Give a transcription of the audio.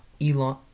Elon